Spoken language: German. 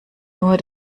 nur